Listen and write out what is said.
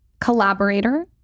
collaborator